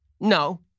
No